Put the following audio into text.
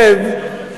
שב,